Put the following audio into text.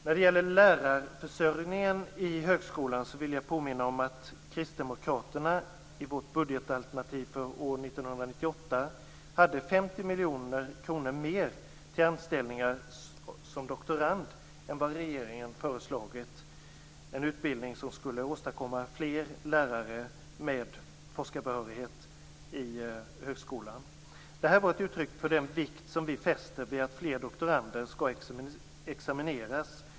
När det gäller lärarförsörjningen i högskolan vill jag påminna om att kristdemokraterna i vårt budgetalternativ för år 1998 hade 50 miljoner kronor mer till anställningar som doktorand än vad regeringen hade föreslagit, en utbildning som skulle åstadkomma fler lärare med forskarbehörighet i högskolan. Det här var ett uttryck för den vikt vi fäster vid att fler doktorander skall examineras.